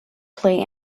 plate